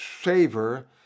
savor